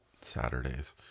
Saturdays